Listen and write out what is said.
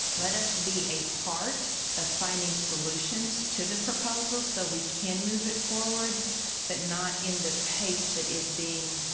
let us be a part of finding solutions to the proposal so we can move it forward but not in the pace that is being